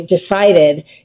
decided